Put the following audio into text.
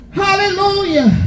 hallelujah